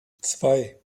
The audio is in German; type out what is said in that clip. zwei